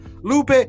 Lupe